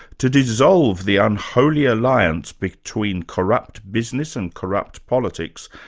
to dissolve the unholy alliance between corrupt business and corrupt politics,